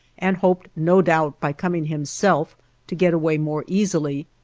and hoped no doubt by coming himself to get away more easily,